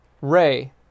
ray